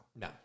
No